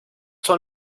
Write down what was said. son